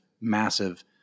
massive